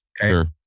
Sure